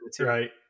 right